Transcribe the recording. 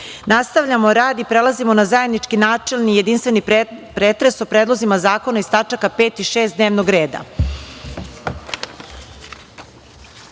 Broz. Nastavljamo rad i prelazimo na zajednički načelni i jedinstveni pretres o predlozima zakona iz tač. 5) i 6) dnevnog